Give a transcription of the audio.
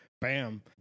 Bam